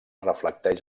reflecteix